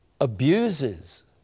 abuses